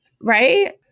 Right